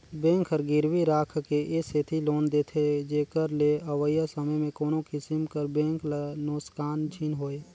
bank हर गिरवी राखके ए सेती लोन देथे जेकर ले अवइया समे में कोनो किसिम कर बेंक ल नोसकान झिन होए